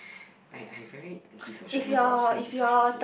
I I very anti social oh-my-god I'm so anti social okay